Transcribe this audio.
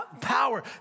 power